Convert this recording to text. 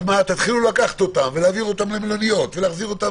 אז תתחילו לקחת אותם ולהעביר אותם למלוניות ולהחזיר אותם